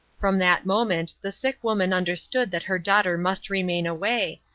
from that moment the sick woman understood that her daughter must remain away,